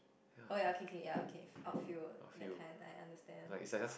oh ya okay okay ya okay outfield that kind like understand